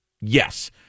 yes